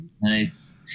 Nice